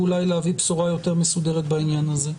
ואולי להביא בשורה יותר מסודרת בעניין הזה.